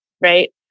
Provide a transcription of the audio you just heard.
Right